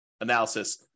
analysis